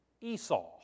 Esau